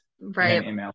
right